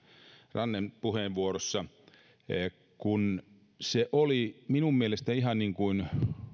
ranteen puheenvuorosta kun siinä minun mielestäni